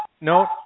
No